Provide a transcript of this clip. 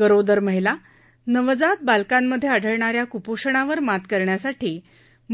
गरोदार महिला आणि नवजात बालकांमध आढळणा या कुपोषणावर मात करण्यासाठी